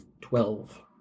Twelve